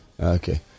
okay